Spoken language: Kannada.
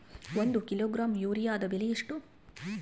ಒಂದು ಕಿಲೋಗ್ರಾಂ ಯೂರಿಯಾದ ಬೆಲೆ ಎಷ್ಟು?